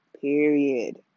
period